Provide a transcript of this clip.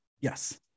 Yes